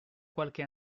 qualche